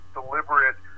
deliberate